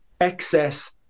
excess